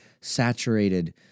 saturated